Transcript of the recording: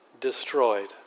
destroyed